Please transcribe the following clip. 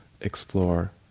explore